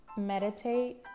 Meditate